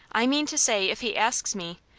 i mean to say if he asks me,